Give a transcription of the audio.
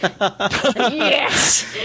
Yes